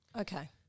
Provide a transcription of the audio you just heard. Okay